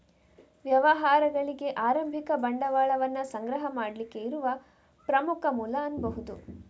ವ್ಯವಹಾರಗಳಿಗೆ ಆರಂಭಿಕ ಬಂಡವಾಳವನ್ನ ಸಂಗ್ರಹ ಮಾಡ್ಲಿಕ್ಕೆ ಇರುವ ಪ್ರಮುಖ ಮೂಲ ಅನ್ಬಹುದು